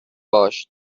باش